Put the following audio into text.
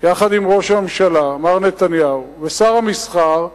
יחד עם ראש הממשלה מר נתניהו ושר המסחר,